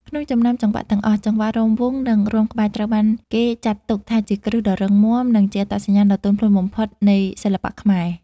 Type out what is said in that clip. ក្នុងចំណោមចង្វាក់ទាំងអស់ ចង្វាក់រាំវង់ និងរាំក្បាច់ ត្រូវបានគេចាត់ទុកថាជាគ្រឹះដ៏រឹងមាំ និងជាអត្តសញ្ញាណដ៏ទន់ភ្លន់បំផុតនៃសិល្បៈខ្មែរ។